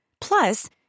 Plus